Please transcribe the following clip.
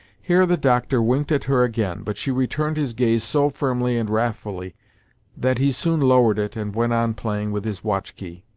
here the doctor winked at her again, but she returned his gaze so firmly and wrathfully that he soon lowered it and went on playing with his watch-key.